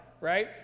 right